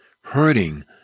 hurting